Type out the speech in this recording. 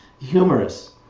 humorous